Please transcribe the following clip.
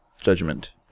judgment